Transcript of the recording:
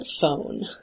phone